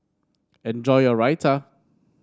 enjoy your Raita